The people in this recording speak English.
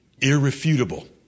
irrefutable